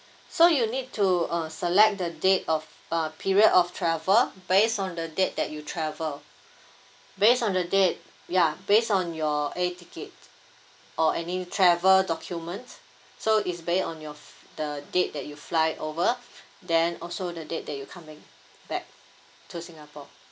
so you need to uh select the date of uh period of travel based on the date that you travel based on the date ya based on your air ticket or any travel documents so is based on your the date that you fly over then also the date that you coming back to singapore